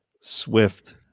swift